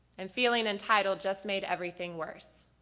and feeling entitled just made everything worse.